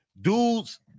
dudes